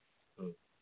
ꯎꯝ